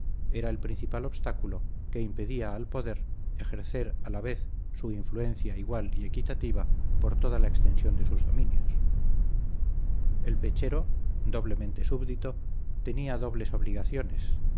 era el principal obstáculo que impedía al poder ejercer a la vez su influencia igual y equitativa por toda la extensión de sus dominios el pechero doblemente súbdito tenía dobles obligaciones